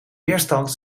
weerstand